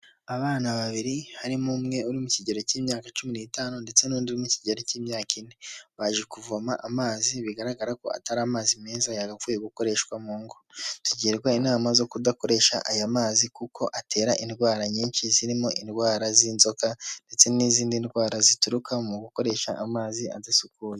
Abana babiri harimo umwe uri mu kigero cy'imyaka cumi n’itanu ndetse n'undi uri mu kigero cy'imyaka ine, baje kuvoma amazi bigaragara ko atari amazi meza yagakwiye gukoreshwa mu ngo, tugirwa inama zo kudakoresha aya mazi kuko atera indwara nyinshi zirimo indwara z'inzoka ndetse n'izindi ndwara zituruka mu gukoresha amazi adasukuye.